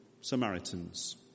Samaritans